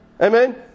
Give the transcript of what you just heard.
amen